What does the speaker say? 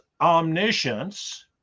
omniscience